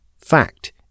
fact